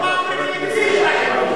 מה אסד עשה?